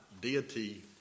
deity